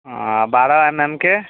बारह एमएमके